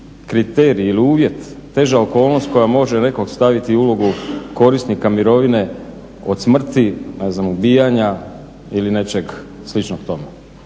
kriterij ili uvjet, teža okolnost koja može nekog staviti u ulogu korisnika mirovine od smrti, ne znam ubijanja ili nečeg sličnog tome?